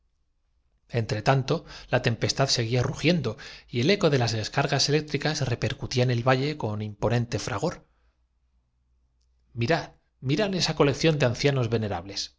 entre tanto la tempestad seguía rugiendo y el eco pero en suma preguntó benjamín con des de las descargas eléctricas repercutía en el valle con concierto esto son tonterías del soñador noé imponente fragor consejos que mirad mirad esa coleccción de ancianos venera